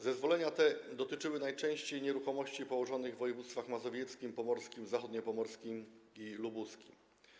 Zezwolenia te dotyczyły najczęściej nieruchomości położonych w województwach mazowieckim, pomorskim, zachodniopomorskim i lubuskim.